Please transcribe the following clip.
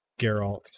Geralt